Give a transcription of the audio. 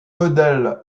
modèle